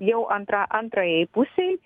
jau antra antrajai pusei